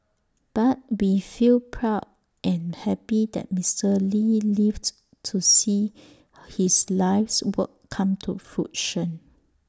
but we feel proud and happy that Mister lee lived to see his life's work come to fruition